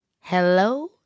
Hello